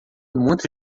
muito